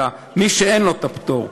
אלא מי שאין לו פטור,